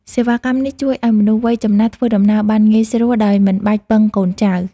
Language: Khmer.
សេវាកម្មនេះជួយឱ្យមនុស្សវ័យចំណាស់ ធ្វើដំណើរបានងាយស្រួលដោយមិនបាច់ពឹងកូនចៅ។